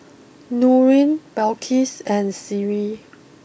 Nurin Balqis and Sri